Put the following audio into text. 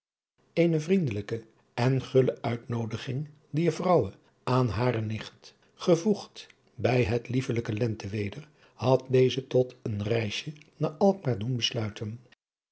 eene vriendelijke en gulle uitnoodiging dier vrouwe aan hare nicht gevoegd bij het liefelijke lenteweder had deze tot een reisje naar alkmaar doen besluiten